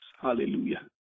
Hallelujah